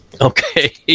Okay